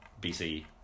BC